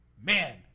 Man